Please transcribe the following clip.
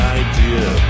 idea